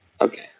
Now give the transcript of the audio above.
Okay